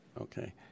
Okay